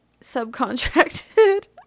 subcontracted